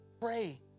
pray